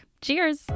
Cheers